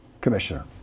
commissioner